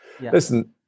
listen